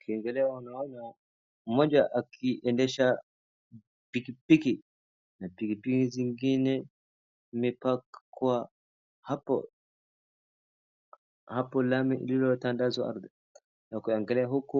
Ukiangali unaona mmoja akiendesha pikipiki na pikipiki zingine zime park kwa hapo lami liliotandazwa na ukiangalia huku